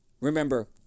Remember